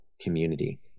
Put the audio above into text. community